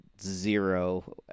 zero